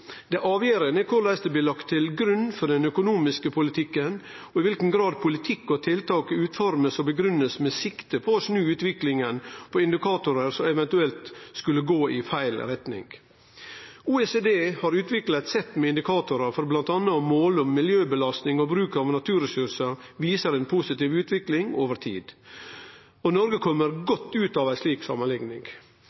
Det avgjerande er korleis dei blir lagde til grunn for den økonomiske politikken, og i kva grad politikk og tiltak blir utforma og grunngitt med sikte på å snu utviklinga på indikatorar som eventuelt skulle gå i feil retning. OECD har utvikla eit sett med indikatorar for bl.a. å måle om miljøbelastning og bruk av naturressursar viser ei positiv utvikling over tid. Noreg